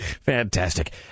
Fantastic